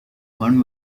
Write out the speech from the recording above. one